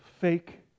fake